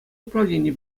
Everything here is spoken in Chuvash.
управленийӗ